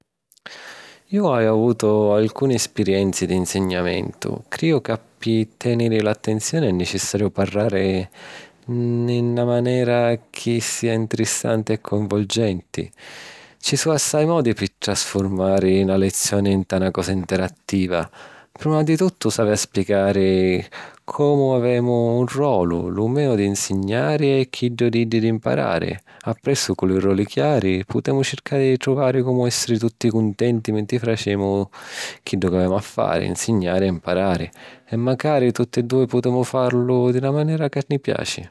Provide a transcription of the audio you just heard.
Jo haju avutu alcuni spirienzi di nsignamentu. Criju ca pi tèniri l’attenzioni è nicissariu parrari nni na manera chi sia ntirissanti e coinvolgenti. Ci su’ assai modi pi trasfurmari na lezioni nta na cosa interattiva. Prima di tuttu s’havi a spiegari ca avemu un rolu: lu meu di insignari e chiddu di iddi, di imparari. Appressu, cu li roli chiari, putemu circari di truvari comu èssiri tutti cuntenti mentri facemu chiddu ca avemu a fari, insignari e imparari. E macari tutti e dui putemu farlu di na manera ca ni piaci.